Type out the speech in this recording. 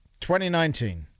2019